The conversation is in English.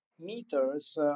meters